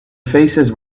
faces